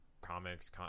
comics